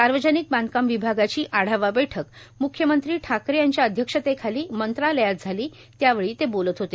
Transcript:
सार्वजनिक बांधकाम विभागाची आढावा बैठक म्ख्यमंत्री ठाकरे यांच्या अध्यक्षतेखाली मंत्रालयात झाली यावेळी ते बोलत होते